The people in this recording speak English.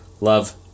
Love